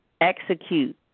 execute